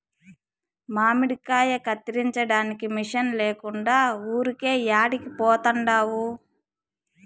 మామిడికాయ కత్తిరించడానికి మిషన్ లేకుండా ఊరికే యాడికి పోతండావు